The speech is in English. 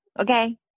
Okay